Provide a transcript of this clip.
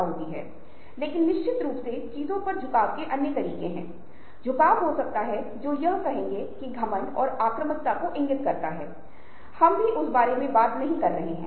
यह प्रासंगिकता है क्योंकि यह हमें एक विचार देता है यह सिर्फ एक तरह का छोटा सा उदाहरण है कि कैसे लोगों और नेटवर्क को देखकर भी हम उनके महत्व के बारे में कुछ अनुमान लगाने में सक्षम हैं